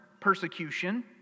persecution